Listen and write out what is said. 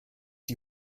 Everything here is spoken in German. die